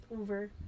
over